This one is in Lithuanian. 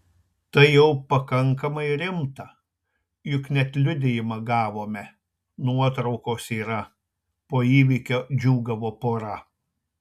tai jau pakankamai rimta juk net liudijimą gavome nuotraukos yra po įvykio džiūgavo pora